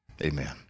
Amen